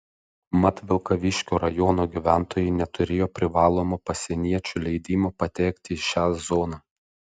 mat vilkaviškio rajono gyventojai neturėjo privalomų pasieniečių leidimų patekti į šią zoną